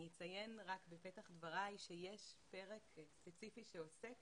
אני אציין רק בפתח דבריי שיש פרק ספציפי שעוסק